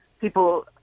people